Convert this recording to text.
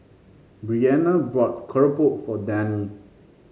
Breana bought keropok for Dani